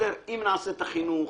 אם נעשה את החינוך,